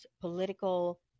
political